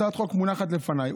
הצעת החוק מונחת לפניי,